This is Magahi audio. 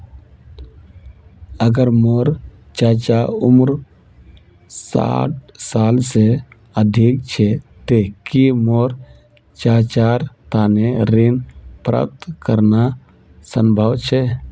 अगर मोर चाचा उम्र साठ साल से अधिक छे ते कि मोर चाचार तने ऋण प्राप्त करना संभव छे?